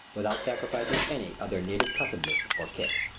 without sacrificing any of their native cussedness or kick.